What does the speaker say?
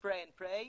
spray and pray,